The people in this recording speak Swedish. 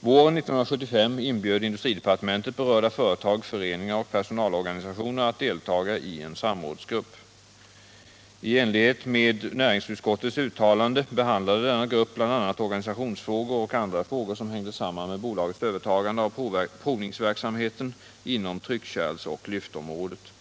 Våren 1975 inbjöd industridepartementet berörda företag, föreningar och personalorganisationer att deltaga i en samrådsgrupp. I enlighet med näringsutskottets uttalande behandlade denna grupp bl.a. organisationsfrågor och andra frågor som hängde samman med bolagets övertagande av provningsverksamheten inom tryckkärlsoch lyftområdet.